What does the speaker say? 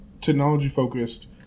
technology-focused